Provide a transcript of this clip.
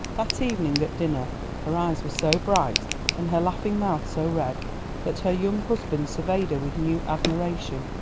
that evening at dinner her eyes were so bright and her laughing mouth so red that her young husband surveyed her with new admiration.